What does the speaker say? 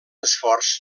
esforç